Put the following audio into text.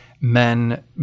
men